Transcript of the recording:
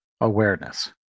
awareness